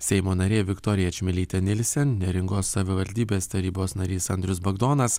seimo narė viktorija čmilytė nielsen neringos savivaldybės tarybos narys andrius bagdonas